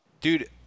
Dude